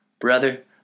Brother